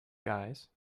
guys